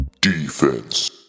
Defense